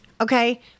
Okay